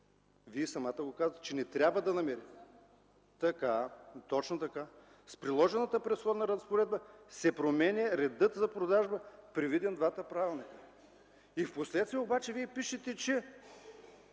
Вие самата го казвате, че не трябва да намери място. С приложената предходна разпоредба се променя редът за продажба, приведен в двата правилника. Впоследствие обаче вие пишете, че